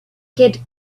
kid